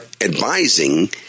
advising